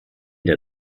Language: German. der